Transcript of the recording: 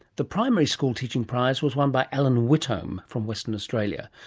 the primary school teaching prize was won by allan whittome from western australia,